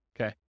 Okay